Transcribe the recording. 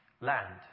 land